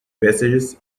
passages